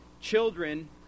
Children